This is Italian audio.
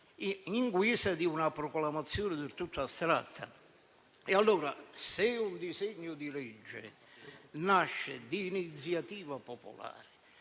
in guisa di una proclamazione del tutto astratta. Allora, se un disegno di legge di iniziativa popolare